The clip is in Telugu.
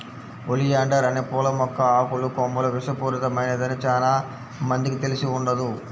ఒలియాండర్ అనే పూల మొక్క ఆకులు, కొమ్మలు విషపూరితమైనదని చానా మందికి తెలిసి ఉండదు